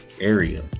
area